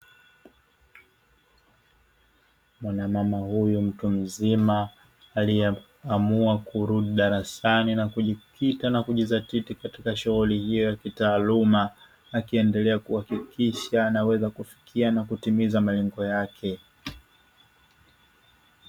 Mwanamama huyu mtu mzima aliyeamua kurudi darasani na kujikita na kujizatiti katika shughuli hiyo ya kitaaluma akiendelea kuhakikisha anaweza kufikia na kutimiza malengo yake.